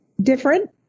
different